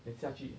and 下去